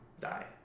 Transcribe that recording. die